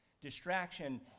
distraction